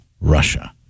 Russia